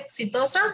exitosa